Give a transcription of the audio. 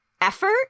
effort